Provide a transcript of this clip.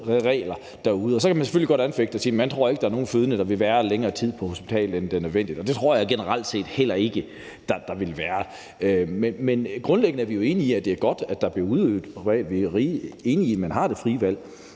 så kan man selvfølgelig godt anfægte det og sige, at man ikke tror, at der vil være nogen fødende, der vil være længere tid på hospitalet end nødvendigt, og det tror jeg generelt set heller ikke der vil være. Men grundlæggende er vi jo enige i, at det er godt, at det bliver udøvet i det private, og vi er enige i, at man skal have det frie valg.